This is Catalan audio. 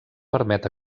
permet